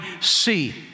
see